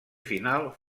final